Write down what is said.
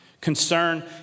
Concern